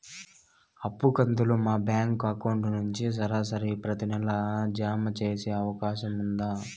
అప్పు కంతులు మా బ్యాంకు అకౌంట్ నుంచి సరాసరి ప్రతి నెల జామ సేసే అవకాశం ఉందా?